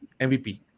MVP